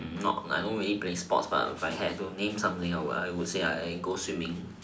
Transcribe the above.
not I don't really play sports but if I have to name something I would say I think go swimming